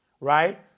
right